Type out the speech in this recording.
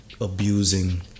abusing